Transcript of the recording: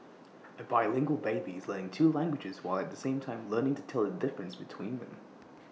A bilingual baby is learning two languages while at the same time learning to tell the difference between them